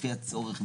לפי הצורך,